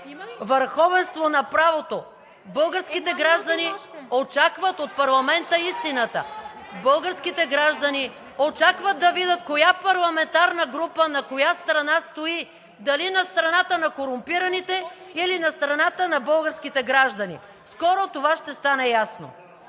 Времето! Времето!“) Българските граждани очакват от парламента истината! Българските граждани очакват да видят коя парламентарна група на коя страна стои – дали на страната на корумпираните, или на страната на българските граждани?! Скоро това ще стане ясно.